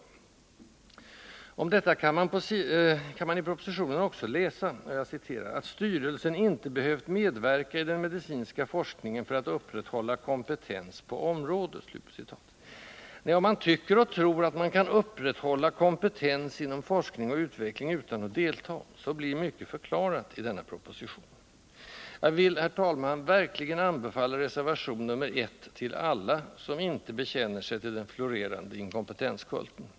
Om detta kan man i propositionen också läsa ”att styrelsen inte behövt medverka i den medicinska forskningen för att upprätthålla kompetens på området”. Nej, om man ”tycker och tror” att man kan ”upprätthålla kompetens” inom forskning och utveckling utan att delta, så blir mycket förklarat i denna proposition. Jag vill, herr talman, verkligen anbefalla reservation nr 1 till alla, som inte bekänner sig till den florerande inkompetenskulten.